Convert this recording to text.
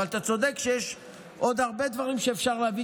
אבל אתה צודק שיש עוד הרבה דברים שיכולים להביא